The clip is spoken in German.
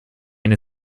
eine